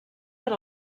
per